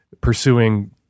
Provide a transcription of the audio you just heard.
pursuing